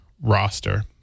roster